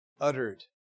uttered